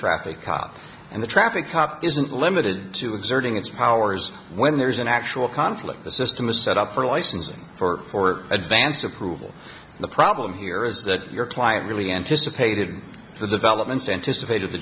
traffic cop and the traffic cop isn't limited to exerting its powers when there's an actual conflict the system is set up for licensing for advanced approval the problem here is that your client really anticipated the developments anticipated the